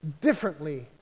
differently